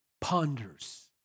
ponders